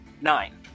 nine